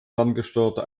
ferngesteuerte